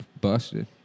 busted